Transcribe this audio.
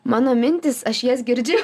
mano mintys aš jas girdžiu